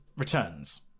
Returns